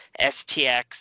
STX